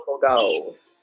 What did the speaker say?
goals